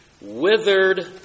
withered